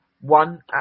one